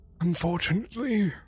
Unfortunately